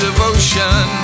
Devotion